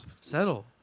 Settle